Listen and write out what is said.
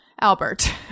Albert